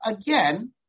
again